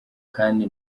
kandi